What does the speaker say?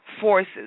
forces